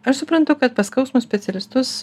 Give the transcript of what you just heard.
aš suprantu kad pas skausmo specialistus